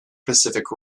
pacific